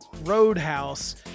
Roadhouse